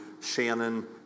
Shannon